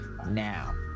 now